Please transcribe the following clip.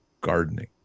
gardening